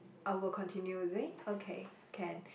I will continue is it okay can